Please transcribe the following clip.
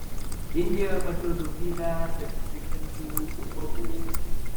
indijoje mačiau daugybę besišypsančių ubagų